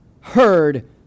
heard